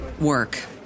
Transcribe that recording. work